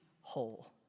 whole